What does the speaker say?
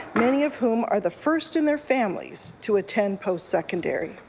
many of whom are the first in their families to attend post secondary.